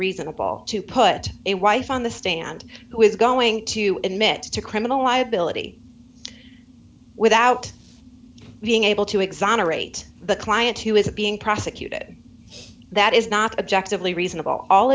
reasonable to put a wife on the stand who is going to admit to criminal liability without being able to exonerate the client who is being prosecuted that is not objectively reasonable all